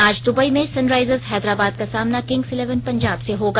आज दुबई में सनराइजर्स हैदराबाद का सामना किंग्स इलेवन पंजाब से होगा